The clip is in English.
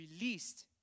released